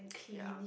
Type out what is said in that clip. ya